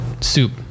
soup